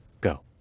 go